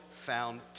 found